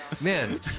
Man